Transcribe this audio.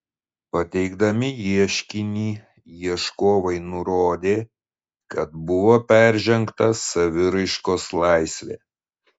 pateikdami ieškinį ieškovai nurodė kad buvo peržengta saviraiškos laisvė